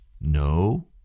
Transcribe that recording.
No